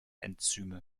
enzyme